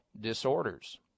disorders